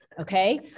Okay